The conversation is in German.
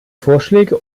vorschläge